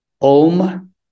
Om